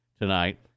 tonight